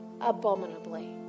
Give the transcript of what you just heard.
abominably